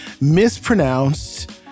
mispronounced